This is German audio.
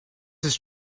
ist